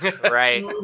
Right